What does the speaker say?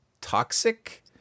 toxic